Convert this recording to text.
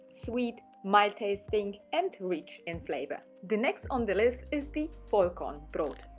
sweet, mild tasting and rich in flavour. the next on the list is the vollkornbrot.